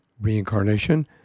reincarnation